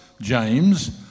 James